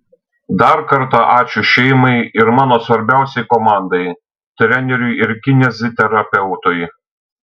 dar kartą ačiū šeimai ir mano svarbiausiai komandai treneriui ir kineziterapeutui